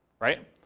right